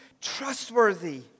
trustworthy